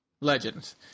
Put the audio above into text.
Legends